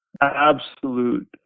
absolute